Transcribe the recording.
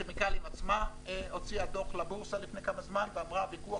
כימיקלים עצמה הוציאה דוח לבורסה לפני כמה זמן ואמרה הוויכוח